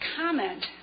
comment